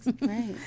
right